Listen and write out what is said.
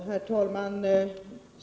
Herr talman!